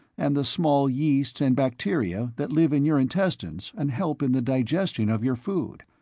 and the small yeasts and bacteria that live in your intestines and help in the digestion of your food.